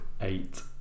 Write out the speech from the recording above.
Eight